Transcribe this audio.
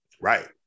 Right